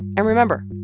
and remember,